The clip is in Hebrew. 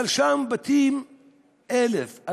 אבל שם בתים 1,000,